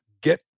get